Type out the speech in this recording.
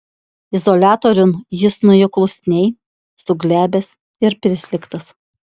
izoliatoriun jis nuėjo klusniai suglebęs ir prislėgtas